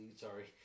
sorry